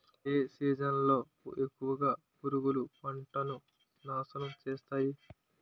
ఏ season లో ఎక్కువుగా పురుగులు పంటను నాశనం చేస్తాయి?